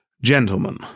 Gentlemen